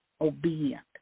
obedient